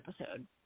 episode